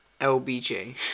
LBJ